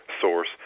source